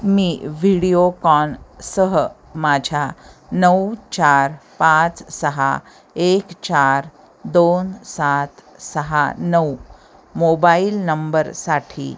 मी व्हिडिओकॉन सह माझ्या नऊ चार पाच सहा एक चार दोन सात सहा नऊ मोबाईल नंबरसाठी